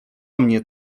mnie